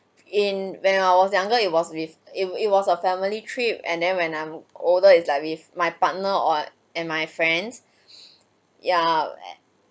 in when I was younger it was with it it was a family trip and then when I'm older is like with my partner or and my friends ya